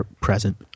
present